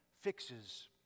fixes